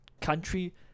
country